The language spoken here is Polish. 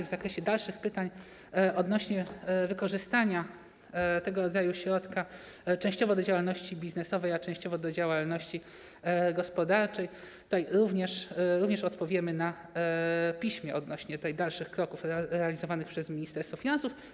W zakresie dalszych pytań odnośnie do wykorzystania tego rodzaju środka częściowo do działalności biznesowej, a częściowo do działalności gospodarczej, również odpowiemy na piśmie, też co do dalszych kroków podejmowanych przez Ministerstwo Finansów.